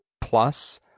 Plus